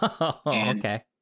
okay